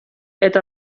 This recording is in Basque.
eta